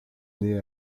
naît